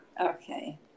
Okay